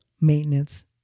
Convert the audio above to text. maintenance